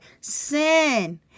Sin